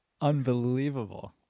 unbelievable